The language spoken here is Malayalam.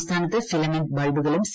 സംസ്ഥാനത്ത് ഫിലമെന്റ് ബൾബുകളും സി